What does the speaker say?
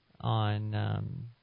on –